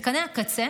מתקני הקצה,